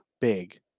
big